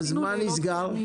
מה נסגר?